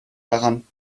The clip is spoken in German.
daran